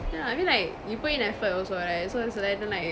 yeah lah I mean like you put in effort also right so it's like then like